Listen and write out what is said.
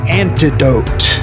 antidote